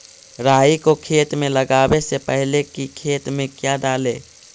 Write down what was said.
राई को खेत मे लगाबे से पहले कि खेत मे क्या डाले?